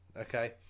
okay